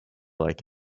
like